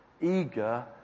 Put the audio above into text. eager